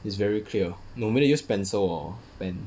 is very clear normally you use pencil or pen